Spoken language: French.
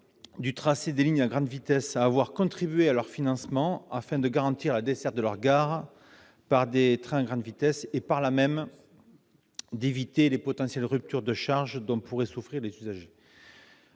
du tracé de lignes à grande vitesse à avoir contribué à leur financement, afin de garantir la desserte de leur gare par des trains à grande vitesse et, par là même, d'éviter les potentielles ruptures de charge dont pourraient souffrir leurs usagers.